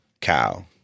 Cow